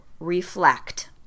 Reflect